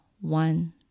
one